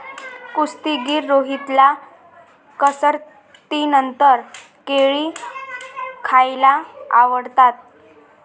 कुस्तीगीर रोहितला कसरतीनंतर केळी खायला आवडतात